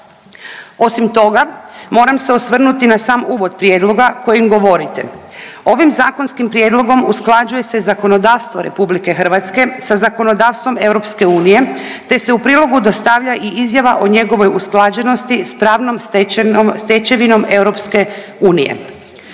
Osim toga moram se osvrnuti na sam uvod prijedloga kojim govorite, ovim zakonskim prijedlogom usklađuje se zakonodavstvo RH sa zakonodavstvom EU te se u prilogu dostavlja i izjava o njegovoj usklađenosti s pravnom stečevinom EU.